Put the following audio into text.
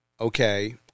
okay